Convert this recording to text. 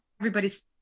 everybody's